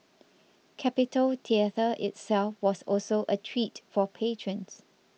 Capitol Theatre itself was also a treat for patrons